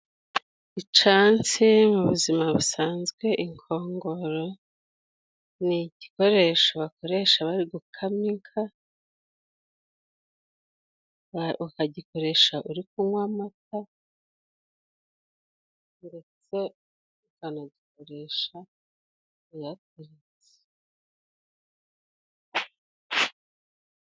Icansi mu buzima busanzwe, inkongoro ni igikoresho bakoresha bari gukamika ukagikoresha uri kunywa amata ndetse ukanagikoresha uyatetse.